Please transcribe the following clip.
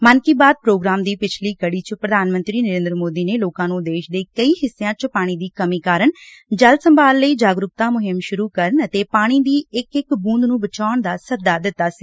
ਮਨ ਕੀ ਬਾਤ ਪ੍ਰੋਗਰਾਮ ਦੀ ਪਿਛਲੀ ਕੜੀ ਚ ਪ੍ਧਾਨ ਮੰਤਰੀ ਨਰੇਦਰ ਮੋਦੀ ਨੇ ਲੋਕਾਂ ਨੂੰ ਦੇਸ਼ ਦੇ ਕਈ ਹਿੱਸਿਆਂ ਚ ਪਾਣੀ ਦੀ ਕਮੀ ਕਾਰਨ ਜਲ ਸੰਭਾਲ ਲਈ ਜਾਗਰੂਕਤਾ ਮੁਹਿੰਮ ਸ਼ੁਰੂ ਕਰਨ ਅਤੇ ਪਾਣੀ ਦੀ ਇਕ ਇਕ ਬੁੰਦ ਨੁੰ ਬਚਾਉਣ ਦਾ ਸੱਦਾ ਦਿੱਤਾ ਸੀ